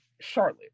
Charlotte